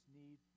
need